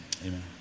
Amen